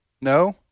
no